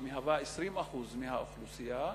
שמהווה 20% מהאוכלוסייה,